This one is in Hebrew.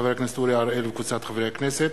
של חבר הכנסת אורי אריאל וקבוצת חברי הכנסת,